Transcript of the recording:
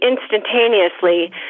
instantaneously